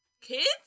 Kids